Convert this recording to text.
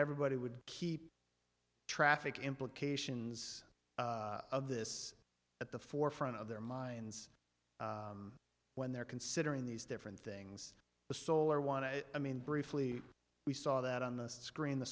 everybody would keep traffic implications of this at the forefront of their minds when they're considering these different things the solar want to i mean briefly we saw that on the screen the